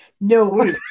No